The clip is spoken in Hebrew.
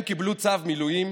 הם קיבלו צו מילואים